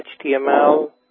HTML